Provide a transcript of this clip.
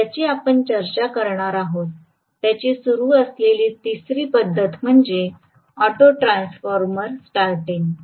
ज्याची आपण चर्चा करणार आहोत त्याची सुरू करण्याची तिसरी पद्धत म्हणजे ऑटो ट्रान्सफॉर्मर स्टारटिंग